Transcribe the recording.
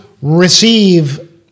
receive